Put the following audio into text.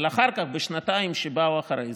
אבל אחר כך, בשנתיים שבאו אחרי זה,